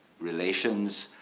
relations,